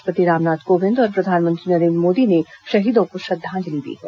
राष्ट्रपति रामनाथ कोविंद और प्रधानमंत्री नरेंद्र मोदी ने शहीदों को श्रद्धांजलि दी है